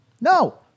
No